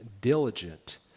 diligent